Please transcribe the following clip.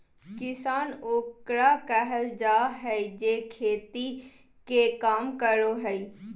किसान ओकरा कहल जाय हइ जे खेती के काम करो हइ